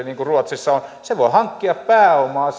niin kuin ruotsissa on se voi sitten hankkia pääomaa